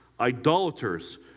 Idolaters